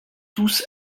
tous